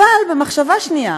אבל במחשבה שנייה,